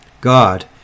God